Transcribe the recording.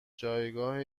جایگاه